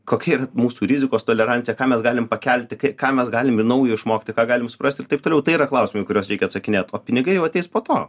kokie mūsų rizikos tolerancija ką mes galim pakelti k ką mes galime naujo išmokti ką galim suprasti ir taip toliau tai yra klausimai kuriuos reikia atsakinėt o pinigai jau ateis po to